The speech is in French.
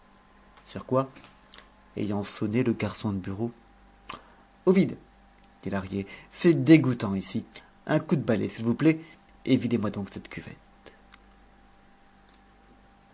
sur quoi ayant sonné le garçon de bureau ovide dit lahrier c'est dégoûtant ici un coup de balai s'il vous plaît et videz moi donc cette cuvette